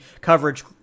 coverage